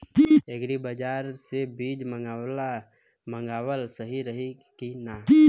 Agri बाज़ार से बीज मंगावल सही रही की ना?